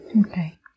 Okay